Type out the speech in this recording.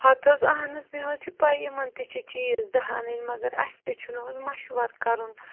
ہتہِ حظ اَہَن حظ مےٚ حظ چھِ پےَ یِمن تہِ چھِ چیٖز دَہ انٕنۍ مگر اَسہِ تہِ چھُ نہٕ حظ مشورٕ کَرُن